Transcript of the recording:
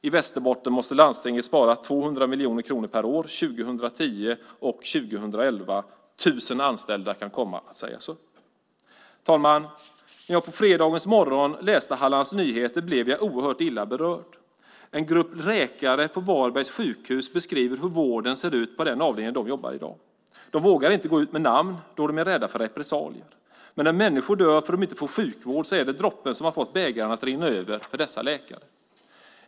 I Västerbotten måste landstinget spara 200 miljoner kronor per år 2010 och 2011. 1 000 anställda kan komma att sägas upp. Herr talman! När jag på fredagens morgon läste Hallands Nyheter blev jag oerhört illa berörd. En grupp läkare på Varbergs sjukhus beskrev hur vården ser ut på den avdelning där de i dag jobbar. De vågar inte gå ut med sina namn eftersom de är rädda för repressalier. Men när människor dör därför att de inte får sjukvård är det droppen som fått bägaren att rinna över för dessa läkare.